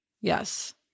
Yes